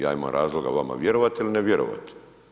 Ja imam razloga vama vjerovati ili ne vjerovati.